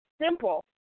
simple